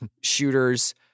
shooters